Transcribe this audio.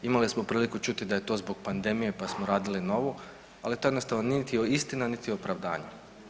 Imali smo priliku čuti da je to zbog pandemije pa smo radili novu, ali to jednostavno niti je istina, niti opravdanje.